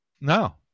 no